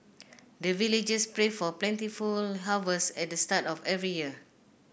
the villagers pray for plentiful harvest at the start of every year